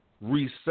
reset